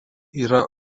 yra